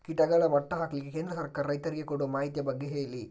ಕೀಟಗಳ ಮಟ್ಟ ಹಾಕ್ಲಿಕ್ಕೆ ಕೇಂದ್ರ ಸರ್ಕಾರ ರೈತರಿಗೆ ಕೊಡುವ ಮಾಹಿತಿಯ ಬಗ್ಗೆ ಹೇಳಿ